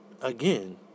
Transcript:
again